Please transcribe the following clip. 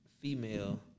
female